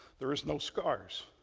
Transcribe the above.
there is no scars.